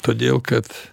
todėl kad